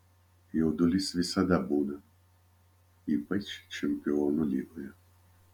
jaudulys visada būna ypač čempionų lygoje